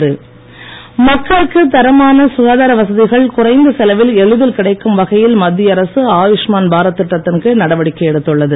ஆயூஷ்மான் பாரத் மக்களுக்கு தரமான சுகாதார வசதிகள் குறைந்த செலவில் எளிதில் கிடைக்கும் வகையில் மத்திய அரசு ஆயுஷ்மான் பாரத் திட்டத்தின் கீழ் நடவடிக்கை எடுத்துள்ளது